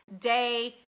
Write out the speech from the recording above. day